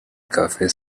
cafe